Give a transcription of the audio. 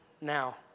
now